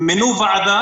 מינו ועדה